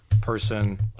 person